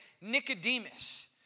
Nicodemus